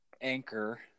Anchor